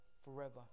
forever